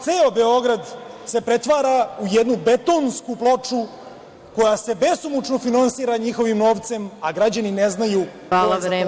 Ceo Beograd se pretvara u jednu betonsku ploču koja se besumučno finansira njihovim novcem, a građani ne znaju ko je za to kriv.